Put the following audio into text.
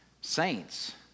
saints